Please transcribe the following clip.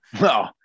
No